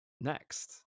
next